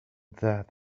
that